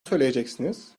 söyleyeceksiniz